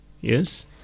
Yes